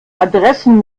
adressen